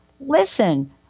listen